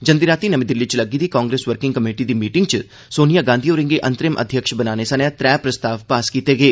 जंदी रातीं नमीं दिल्ली च लग्गी दी कांग्रेस वर्किंग कमेटी दी मीटिंग च सोनिया गांधी होरें'गी अंतरिम अध्यक्ष बनाने सने त्रै प्रस्ताव पास कीते गे